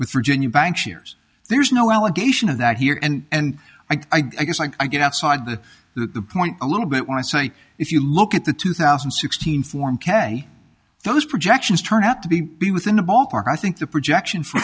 with virginia bank shares there's no allegation of that here and i guess i get outside the point a little bit when i say if you look at the two thousand and sixteen form k those projections turn out to be be within the ballpark i think the projection for